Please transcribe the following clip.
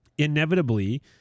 Inevitably